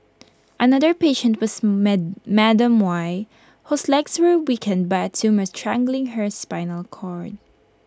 another patient was Madam Y whose legs were weakened by A tumour strangling her spinal cord